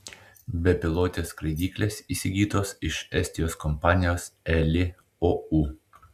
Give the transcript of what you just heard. bepilotės skraidyklės įsigytos iš estijos kompanijos eli ou